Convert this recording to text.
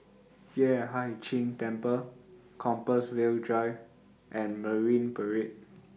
Yueh Hai Ching Temple Compassvale Drive and Marine Parade